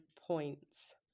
points